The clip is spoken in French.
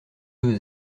deux